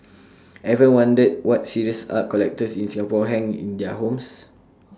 ever wondered what serious art collectors in Singapore hang in their homes